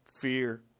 fear